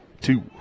two